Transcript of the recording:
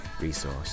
resource